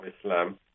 Islam